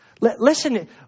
Listen